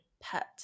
pet